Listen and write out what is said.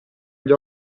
gli